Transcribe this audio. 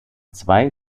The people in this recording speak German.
zwei